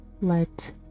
let